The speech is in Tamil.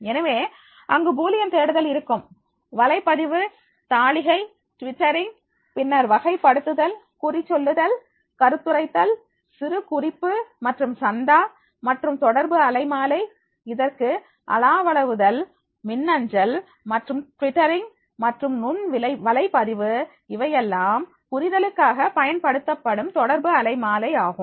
எனவே அங்கு பூலியன் தேடுதல் இருக்கும் வலைப்பதிவு தாளிகை ட்விட்டரிங் பின்னர் வகைப்படுத்துதல் குறி சொல்லுதல் கருத்துரைத்தல் சிறு குறிப்பு மற்றும் சந்தா மற்றும் தொடர்பு அலை மாலை இதற்கு அளவளாவுதல் மின்னஞ்சல் மற்றும் ட்விட்டரிங் மற்றும் நுண் வலைப்பதிவு இவையெல்லாம் புரிதலுக்காக பயன்படுத்தப்படும் தொடர்பு அலை மாலை ஆகும்